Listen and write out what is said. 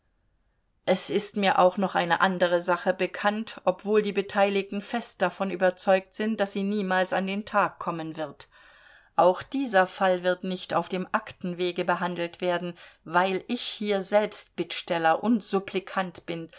es ist mir auch noch eine andere sache bekannt obwohl die beteiligten fest davon überzeugt sind daß sie niemals an den tag kommen wird auch dieser fall wird nicht auf dem aktenwege behandelt werden weil ich hier selbst bittsteller und supplikant bin